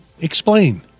Explain